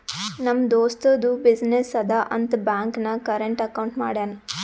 ನಮ್ ದೋಸ್ತದು ಬಿಸಿನ್ನೆಸ್ ಅದಾ ಅಂತ್ ಬ್ಯಾಂಕ್ ನಾಗ್ ಕರೆಂಟ್ ಅಕೌಂಟ್ ಮಾಡ್ಯಾನ್